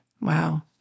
Wow